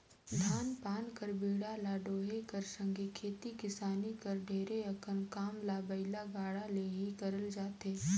धान पान कर बीड़ा ल डोहे कर संघे खेती किसानी कर ढेरे अकन काम ल बइला गाड़ा ले ही करल जाथे